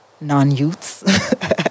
non-youths